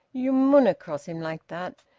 you munna' cross him like that.